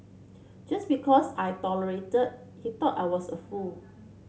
just because I tolerated he thought I was a fool